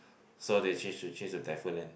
so they change to change to typhoon land